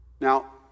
Now